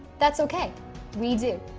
that's okay we do.